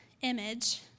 image